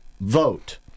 vote